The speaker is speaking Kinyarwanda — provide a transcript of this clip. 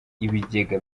ibigega